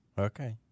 okay